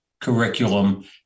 curriculum